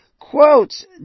Quotes